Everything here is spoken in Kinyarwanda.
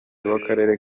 w’akarere